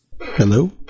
Hello